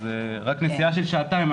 אז רק נסיעה של שעתיים,